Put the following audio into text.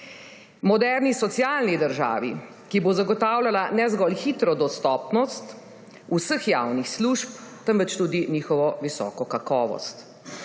moderni socialni državi, ki bo zagotavljala ne zgolj hitro dostopnost vseh javnih služb, temveč tudi njihovo visoko kakovost;